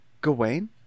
Gawain